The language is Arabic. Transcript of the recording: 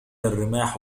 الرماح